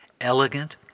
elegant